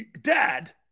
dad